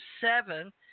seven